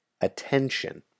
attention